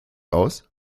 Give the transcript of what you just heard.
aus